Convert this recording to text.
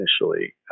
initially